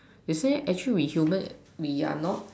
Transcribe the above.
they say actually we humans we are not